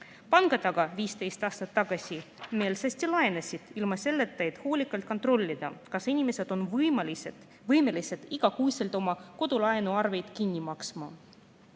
Pangad aga 15 aastat tagasi meelsasti laenasid ilma selleta, et hoolikalt kontrollida, kas inimesed on võimelised igakuiselt oma kodulaenuarveid kinni maksma. Eriti